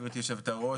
גברתי היו"ר,